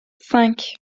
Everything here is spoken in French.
cinq